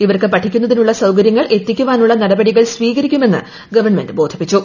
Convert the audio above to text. ഇവർക്ക് പഠിക്കുന്നതിനുള്ള സൌകൃപ്പങ്ങൾ എത്തിക്കുവാനുള്ള നടപടികൾ സ്വീകരിക്കുമെന്ന് ഗ്ഗ്വൺമെന്റ് ബോധിപ്പിച്ചു